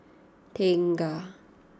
Tengah